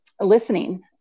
listening